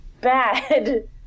bad